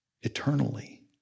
eternally